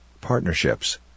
partnerships